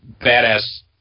badass